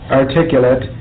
articulate